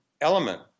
element